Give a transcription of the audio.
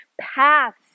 paths